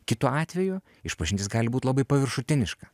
kitu atveju išpažintis gali būt labai paviršutiniška